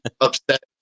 upset